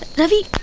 ravi,